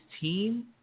team